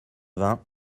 vingts